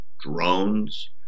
Drones